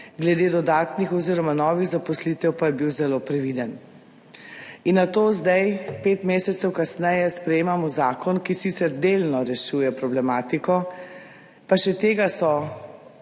glede dodatnih oziroma novih zaposlitev pa je bil zelo previden. In nato zdaj, pet mesecev kasneje sprejemamo zakon, ki sicer delno rešuje problematiko, pa še tega so